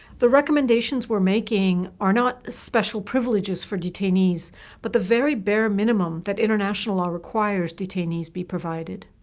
the recommendations we're making are not special privileges for detainees but the very bare minimum that international law requires detainees be provided.